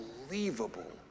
unbelievable